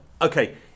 Okay